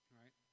right